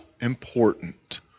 important